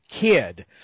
Kid